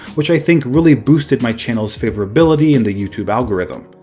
which i think really boosted my channel's favorability in the youtube algorithm.